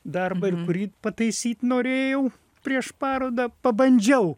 darbą ir kurį pataisyt norėjau prieš parodą pabandžiau